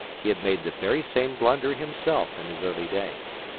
he had made the very same blunder himself in his early days.